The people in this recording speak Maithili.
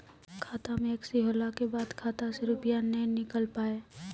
खाता मे एकशी होला के बाद खाता से रुपिया ने निकल पाए?